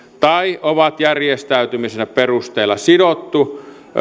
tai ovat järjestäytymisensä perusteella sidottuja